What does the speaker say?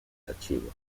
archivo